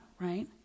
right